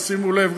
שימו לב,